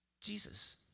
Jesus